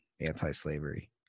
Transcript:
anti-slavery